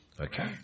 Okay